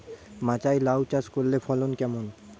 মাচায় লাউ চাষ করলে ফলন কেমন?